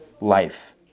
life